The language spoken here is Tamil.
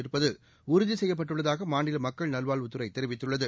இருப்பது உறுதி செய்யப்பட்டுள்ளதாக மாநில மக்கள் நல்வாழ்வுத்துறை தெரிவித்துள்ளது